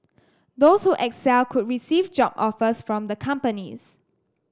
those who excel could receive job offers from the companies